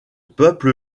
peuple